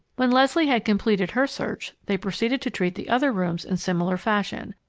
when leslie had completed her search, they proceeded to treat the other rooms in similar fashion,